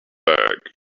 bag